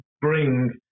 bring